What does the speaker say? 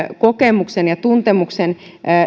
kokemuksen ja tuntemuksen